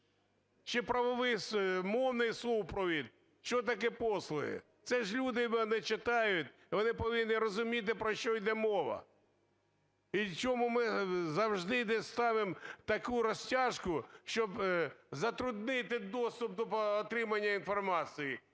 чи правовий… мовний супровід, що таке послуги. Це ж люди не читають, вони повинні розуміти, про що йде мова, і чому ми завжди, де ставимо таку розтяжку, щоб затруднити доступ до отримання інформації.